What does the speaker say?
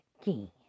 again